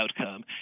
outcome